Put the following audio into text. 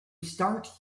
start